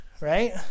right